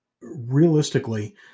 realistically